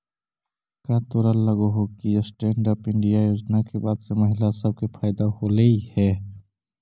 का तोरा लग हो कि स्टैन्ड अप इंडिया योजना के बाद से महिला सब के फयदा होलई हे?